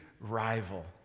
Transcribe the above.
rival